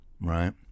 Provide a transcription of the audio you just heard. right